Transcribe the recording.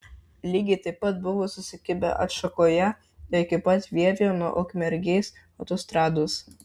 lygiai taip pat buvo susikibę atšakoje iki pat vievio nuo ukmergės autostrados